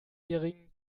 jährigen